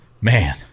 man